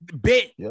Bit